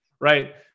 right